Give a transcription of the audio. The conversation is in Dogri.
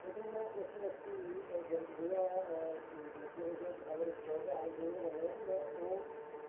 लेकिन मैं उस बक्खी जेल जियां मतलब कि अगर अगर शौक ऐ हा इंजीनियर बनने दा ते मैं ओह्